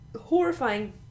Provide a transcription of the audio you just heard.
horrifying